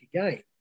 again